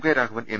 K Raghavan M